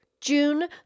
June